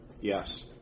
Yes